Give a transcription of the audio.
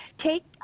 take